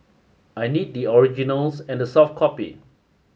I need the originals and the soft copy